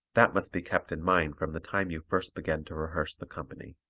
that must be kept in mind from the time you first begin to rehearse the company.